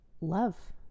love